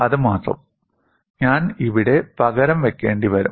അത് മാത്രം ഞാൻ ഇവിടെ പകരം വയ്ക്കേണ്ടിവരും